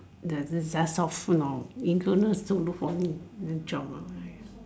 there's this look for new job lah